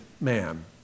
man